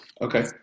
okay